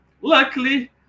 luckily